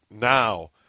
now